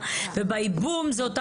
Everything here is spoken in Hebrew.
זה מה שקורה גם בייבום.